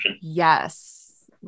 Yes